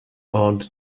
aunt